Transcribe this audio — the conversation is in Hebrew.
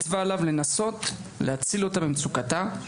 מצווה עליו לנסות להציל אותה ממצוקתה.